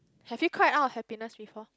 have you cried out of happiness before